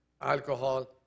alcohol